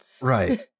Right